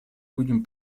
будем